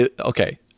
okay